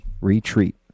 retreat